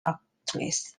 actress